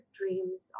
dreams